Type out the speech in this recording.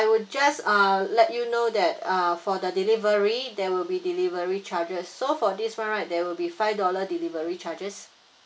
I would just uh let you know that uh for the delivery there will be delivery charges so for this one right there will be five dollar delivery charges